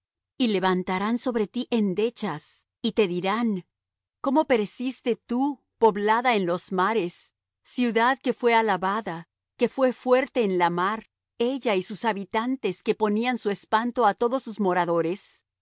y levantarán sobre ti endechas y te dirán cómo pereciste tú poblada en los mares ciudad que fué alabada que fué fuerte en la mar ella y sus habitantes que ponían su espanto á todos sus moradores